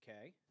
Okay